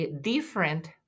different